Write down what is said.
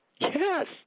Yes